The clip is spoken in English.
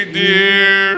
dear